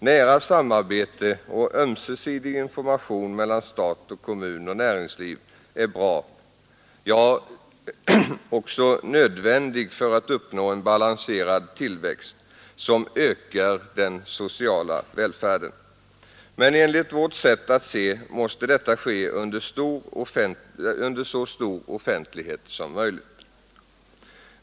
Nära samarbete och ömsesidig information mellan stat och kommun och näringsliv är något bra, ja, som ökar den också nödvändigt för att en balanserad tillväxt skall uppn sociala välfärden. Men enligt vårt sätt att se måste detta ske under så stor offentlighet som möjligt.